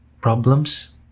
problems